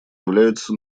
являются